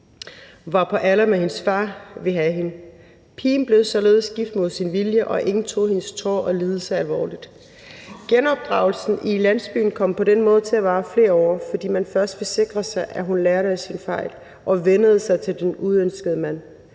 var på alder med hendes far, ville have hende. Pigen blev således gift mod sin vilje, og ingen tog hendes tårer og lidelser alvorligt. Genopdragelsen i landsbyen kom på den måde til at vare flere år, fordi man først ville sikre sig, at hun lærte af sine fejl og vænnede sig til den uønskede mand.